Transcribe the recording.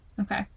Okay